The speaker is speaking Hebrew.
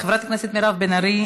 חברת הכנסת מירב בן ארי,